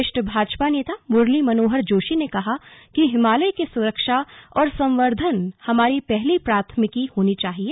वरिष्ठ भाजपा नेता मुरली मनोहर जोशी ने कहा कि हिमालय की सुरक्षा और संवर्द्दन हमारी पहली प्राथमिक होनी चाहिए